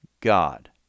God